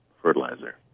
fertilizer